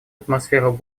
атмосферу